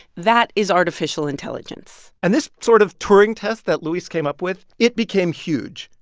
that is artificial intelligence and this sort of turing test that luis came up with it became huge.